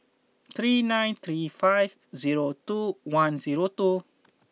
three nine three five zero two one zero two